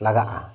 ᱞᱟᱜᱟᱜᱼᱟ